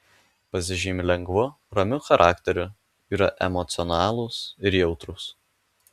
pasižymi lengvu ramiu charakteriu yra emocionalūs ir jautrūs